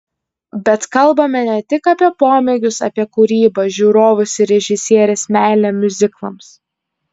bet kalbame ne tik apie pomėgius apie kūrybą žiūrovus ir režisierės meilę miuziklams